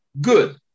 good